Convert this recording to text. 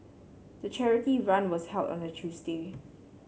the charity run was held on a Tuesday